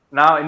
Now